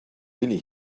really